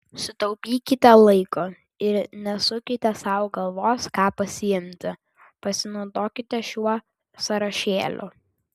sutaupykite laiko ir nesukite sau galvos ką pasiimti pasinaudokite šiuo sąrašėliu